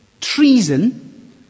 Treason